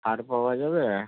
হার পাওয়া যাবে